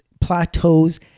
plateaus